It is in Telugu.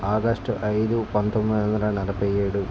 ఆగస్ట్ ఐదు పంతొమ్మిది వందల నలభై ఏడు